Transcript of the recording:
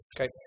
Okay